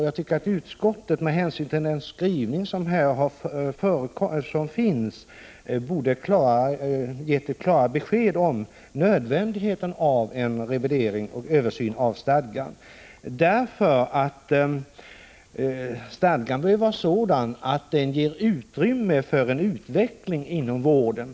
Jag tycker att utskottet, med hänsyn till den skrivning som här finns, borde ge klara besked om nödvändigheten av en revidering och översyn av stadgan, för stadgan bör vara sådan att den ger utrymme för en utveckling inom vården.